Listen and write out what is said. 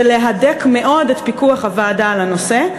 ולהדק מאוד את פיקוח הוועדה על הנושא.